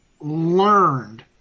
learned